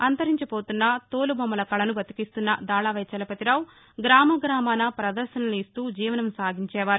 అంతరించిపోతున్న తోలుబొమ్మల కళను బతికిస్తున్న దళవాయి చలపతి రావు గ్రామ గ్రామానా పదర్శనలు ఇస్తూ జీవనం సాగించేవారు